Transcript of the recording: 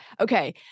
Okay